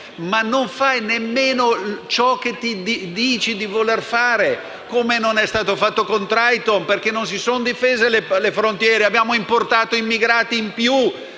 Non si fa nemmeno ciò che si dice di voler fare, come non è stato fatto con Triton, perché non si sono difese le frontiere, ma abbiamo importato immigrati in più,